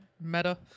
Meta